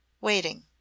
waiting